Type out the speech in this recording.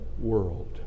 world